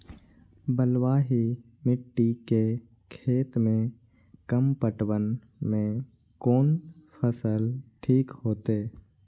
बलवाही मिट्टी के खेत में कम पटवन में कोन फसल ठीक होते?